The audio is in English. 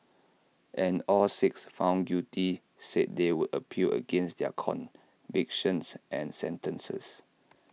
and all six found guilty said they would appeal against their convictions and sentences